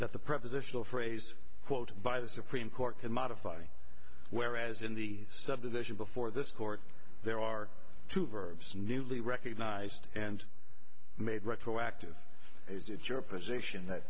that the presidential phrase quote by the supreme court can modify whereas in the subdivision before this court there are two verbs newly recognized and made retroactive it's your position that